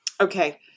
Okay